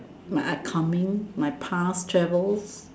my upcoming my past travels